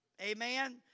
Amen